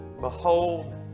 behold